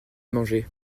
manger